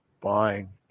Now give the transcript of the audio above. buying